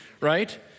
right